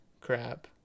crap